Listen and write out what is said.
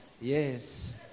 Yes